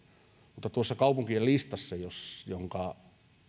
mutta tuossa kaupunkien listassa jonka